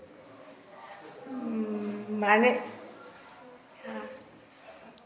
मैंने